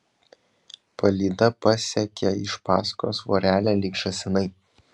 palyda pasekė iš paskos vorele lyg žąsinai